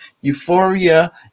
euphoria